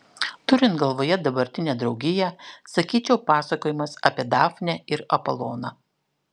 turint galvoje dabartinę draugiją sakyčiau pasakojimas apie dafnę ir apoloną